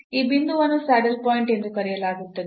ಆ ಬಿಂದುವನ್ನು saddle point ಎಂದು ಕರೆಯಲಾಗುತ್ತದೆ